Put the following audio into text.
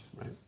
right